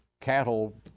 cattle